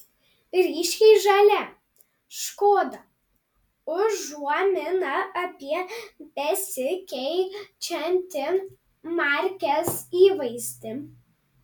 ryškiai žalia škoda užuomina apie besikeičiantį markės įvaizdį